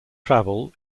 travel